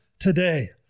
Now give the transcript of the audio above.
Today